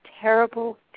terrible